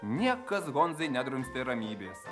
niekas honzai nedrumstė ramybės